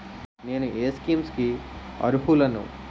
నేను ఏ స్కీమ్స్ కి అరుహులను?